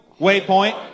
Waypoint